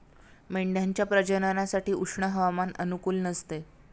मेंढ्यांच्या प्रजननासाठी उष्ण हवामान अनुकूल नसते